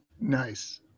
nice